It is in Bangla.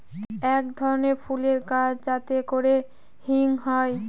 এক ধরনের ফুলের গাছ যাতে করে হিং হয়